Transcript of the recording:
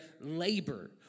labor